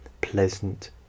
pleasant